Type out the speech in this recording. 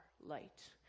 light